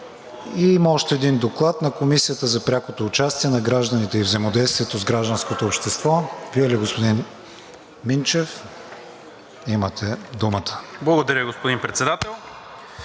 Има още един доклад – на Комисията за прякото участие на гражданите и взаимодействието с гражданското общество. Вие ли, господин Минчев? Имате думата. ДОКЛАДЧИК НИКОЛА МИНЧЕВ: Благодаря, господин Председател.